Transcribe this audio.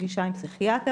פגישה עם פסיכיאטר,